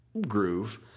groove